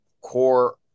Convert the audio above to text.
core